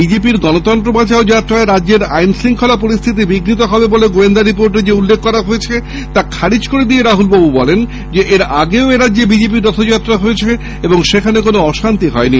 BJP র গণতন্ত্র বাঁচাও যাত্রায় রাজ্যের আইনশৃঙ্খলা পরিস্হিতি বিঘ্নিত হবে বলে গোয়েন্দা রিপোর্টে যে উল্লেখ রয়েছে তা খারিজ করে রাহুলবাবু জানান এর আগেও এরাজ্যে বিজেপি র রথযাত্রা হয়েছে এবং সেখআনে কোন অশান্তি হয়নি